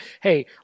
Hey